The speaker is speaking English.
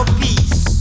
peace